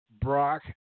Brock